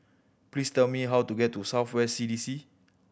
please tell me how to get to South West C D C